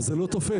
זה לא תופס.